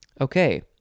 okay